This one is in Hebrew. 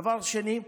דבר שני,